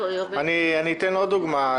אני אתן עוד דוגמה.